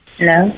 Hello